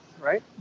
right